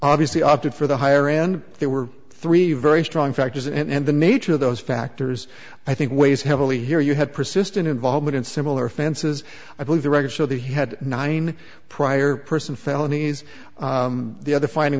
obviously opted for the higher end there were three very strong factors and the nature of those factors i think weighs heavily here you had persistent involvement in similar offenses i believe the record show that he had nine prior person felonies the other finding